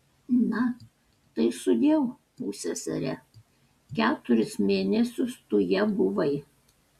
na tai sudieu pussesere keturis mėnesius tu ja buvai